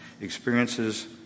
experiences